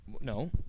No